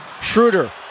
Schroeder